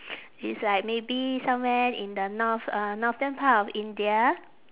it's like maybe somewhere in the north uh northern part of india